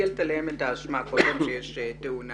ומגלגלת עליהם את האשמה כל פעם שיש תאונה